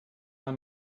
man